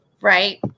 right